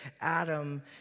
Adam